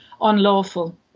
unlawful